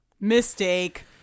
Mistake